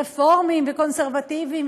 רפורמיים וקונסרבטיביים,